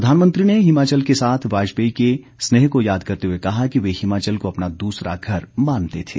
प्रधानमंत्री ने हिमाचल के साथ वाजपेयी जी के स्नेह को याद करते हुए कहा कि वे हिमाचल को अपना दूसरा घर मानते थे